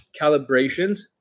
calibrations